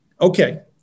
Okay